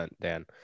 Dan